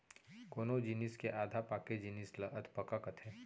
कोनो जिनिस के आधा पाके जिनिस ल अधपका कथें